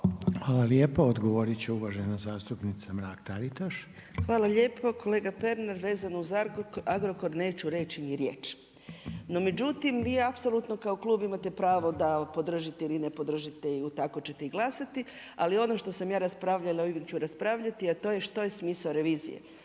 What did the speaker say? Hvala. Odgovoriti će uvažena zastupnica Mrak-Taritaš. **Mrak-Taritaš, Anka (GLAS)** Hvala lijepo. Kolega Pernar, vezano uz Agrokor neću reći ni riječ. No međutim, vi apsolutno kao klub imate pravo da podržite ili ne podržite ili tako ćete i glasati. Ali ono što sam ja raspravljala ili ću raspravljati, a to je što je smisao revizije.